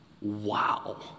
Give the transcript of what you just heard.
Wow